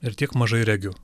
ir tiek mažai regiu